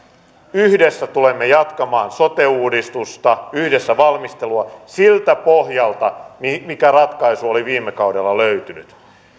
yhdessä tulemme jatkamaan sote uudistusta yhdessä valmistelua siltä pohjalta mikä ratkaisu oli viime kaudella löytynyt